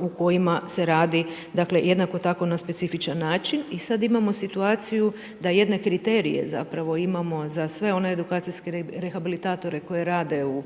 u kojima se radi, dakle, jednako tako na specifičan način. I sad imamo situaciju da jedne kriterije, zapravo, imamo za sve one edukacijske rehabilitatore koji rade u